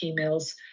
emails